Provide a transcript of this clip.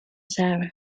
sarah